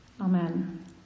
Amen